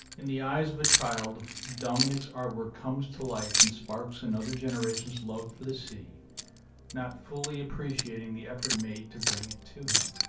in the eyes of a child, dominique's artwork comes to life and sparks another generation's love for the sea not fully appreciating the effort made to bring it to him